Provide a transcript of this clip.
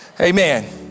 Amen